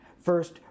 first